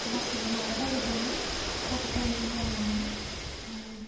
गासैबो माबा जाजोबदोंमोन कभिड नाइन्टिन जानायावहाय